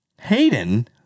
Hayden